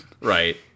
Right